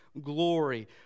glory